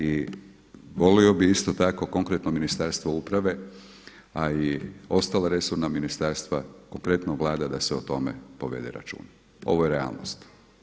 I volio bih isto tako konkretno Ministarstvo uprave a i ostala resorna ministarstva konkretno Vlada da se o tome povede računa, ovo je realnost.